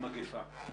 של מגפה.